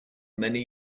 many